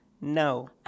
no